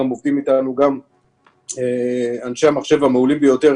גם עובדים אתנו גם אנשי המחשב המעולים ביותר